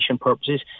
purposes